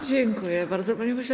Dziękuję bardzo, panie pośle.